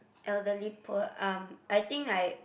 elderly poor um I think I